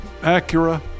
Acura